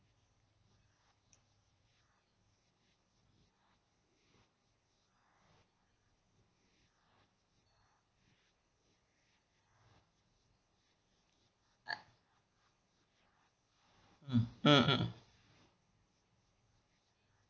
uh mm mmhmm